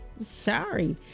sorry